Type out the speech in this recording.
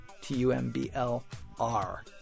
T-U-M-B-L-R